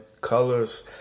Colors